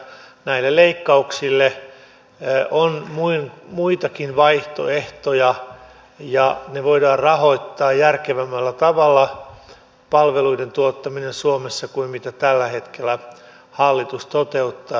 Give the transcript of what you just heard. näille leikkauksille on muitakin vaihtoehtoja ja palveluiden tuottaminen voidaan rahoittaa järkevämmällä tavalla suomessa kuin mitä tällä hetkellä hallitus toteuttaa